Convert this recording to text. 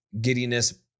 giddiness